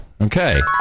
okay